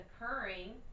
occurring